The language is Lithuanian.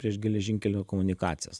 prieš geležinkelio komunikacijas